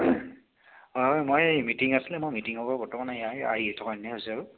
হয় হয় মই এই মিটিং আছিলে মই মিটিঙপৰা বৰ্তমান এয়া আহি থকা নিচিনাই হৈছে আৰু